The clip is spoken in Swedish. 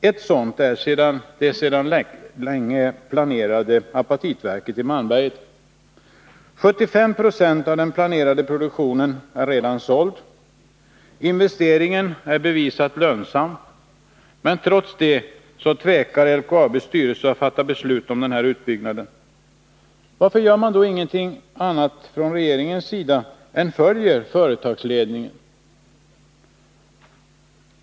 Ett sådant är det sedan länge planerade apatitverket i Malmberget. 75 20 av den planerade produktionen är redan såld. Investeringen är bevisligen lönsam, men trots detta tvekar LKAB:s styrelse att fatta beslut om utbyggnaden. Varför gör man då ingenting annat från regeringens sida än följer företagsledningen?